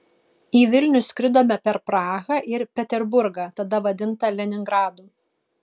į vilnių skridome per prahą ir peterburgą tada vadintą leningradu